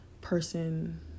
person